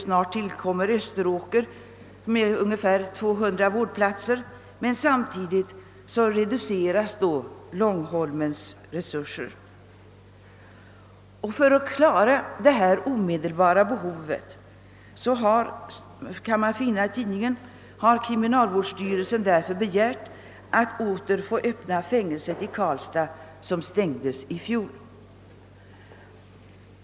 Snart tillkommer Österåker med 200 vårdplatser, men samtidigt reduceras Långholmens resurser. För att klara det omedelbara behovet, skriver man i tidningen, har kriminalvårdsstyrelsen begärt att åter få öppna fängelset i Karlstad som stängdes i fjol.